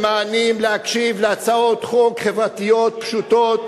ממאנים להקשיב להצעות חוק חברתיות פשוטות?